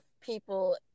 people